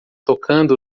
tocando